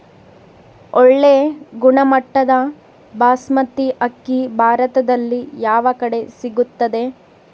ಒಳ್ಳೆ ಗುಣಮಟ್ಟದ ಬಾಸ್ಮತಿ ಅಕ್ಕಿ ಭಾರತದಲ್ಲಿ ಯಾವ ಕಡೆ ಸಿಗುತ್ತದೆ?